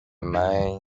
main